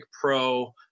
pro